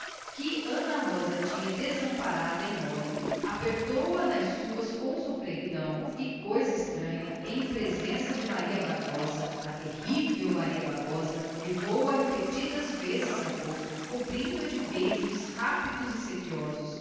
que ana rosa tinha desamparada e mole apertou-a nas suas com sofreguidão e sem se importar com a presença de maria bárbara levou-a repetidas vezes à boca cobrindo a de beijos rápidos e sequiosos